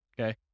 okay